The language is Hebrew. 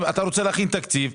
שאם אתה רוצה להכין תקציב,